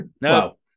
No